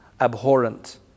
abhorrent